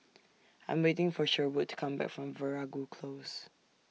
I'm waiting For Sherwood to Come Back from Veeragoo Close